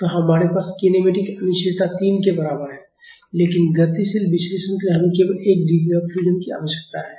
तो हमारे पास कीनेमेटिक अनिश्चितता 3 के बराबर है लेकिन गतिशील विश्लेषण के लिए हमें केवल 1 डिग्री ऑफ फ्रीडम की आवश्यकता है